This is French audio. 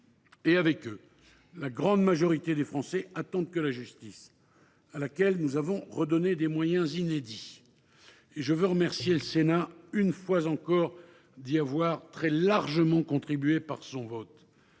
et avec eux la grande majorité des Français, attendent que la justice, à laquelle nous avons redonné des moyens inédits – je veux remercier le Sénat, une fois encore, d’y avoir largement contribué par ses votes